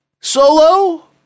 solo